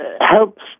helps